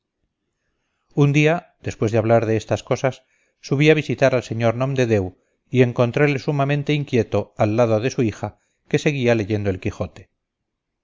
un día después de hablar de estas cosas subí a visitar al sr nomdedeu y encontrele sumamente inquieto al lado de su hija que seguía leyendo el quijote